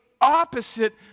opposite